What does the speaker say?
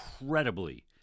incredibly